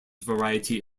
variety